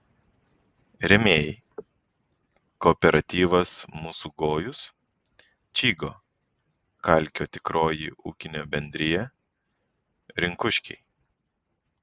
rėmėjai kooperatyvas mūsų gojus čygo kalkio tikroji ūkinė bendrija rinkuškiai